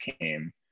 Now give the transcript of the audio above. came